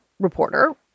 reporter